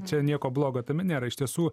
čia nieko blogo tame nėra iš tiesų